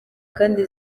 kandi